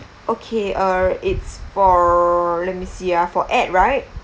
okay uh it's for let me see ah for ed right